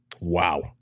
Wow